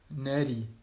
nerdy